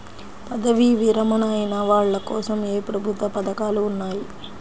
పదవీ విరమణ అయిన వాళ్లకోసం ఏ ప్రభుత్వ పథకాలు ఉన్నాయి?